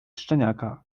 szczeniaka